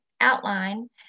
outline